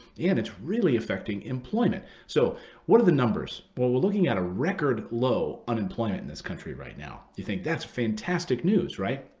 and it's really affecting employment. so what are the numbers? well, we're looking at a record low unemployment in this country right now. you think, that's fantastic news, right?